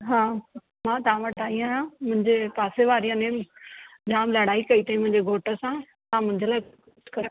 हा मां तव्हां वटि आई आहियां मुंहिंजे पासे वारीअ ने जामु लड़ाइ कई अथईं मुंहिंजे घोटु सां मुंहिंजे लाइ कुझु करे